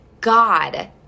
God